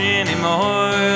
anymore